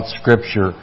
Scripture